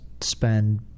spend